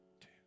two